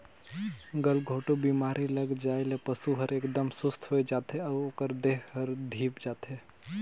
गलघोंटू बेमारी लग जाये ले पसु हर एकदम सुस्त होय जाथे अउ ओकर देह हर धीप जाथे